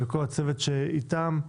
כל הצוות שאיתם,